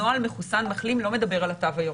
הנוהל מחוסן-מחלים לא מדבר על התור הירוק.